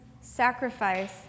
sacrifice